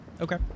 okay